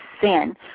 sin